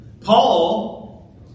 Paul